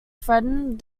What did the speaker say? threatened